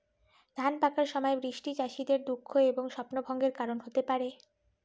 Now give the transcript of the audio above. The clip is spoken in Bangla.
ধান পাকার সময় বৃষ্টি চাষীদের দুঃখ এবং স্বপ্নভঙ্গের কারণ হতে পারে